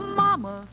mama